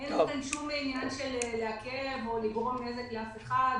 אין לנו שום עניין לעכב או לגרום נזק לאף אחד.